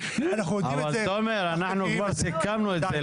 אבל תומר, אנחנו כבר סיכמנו את זה.